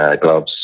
gloves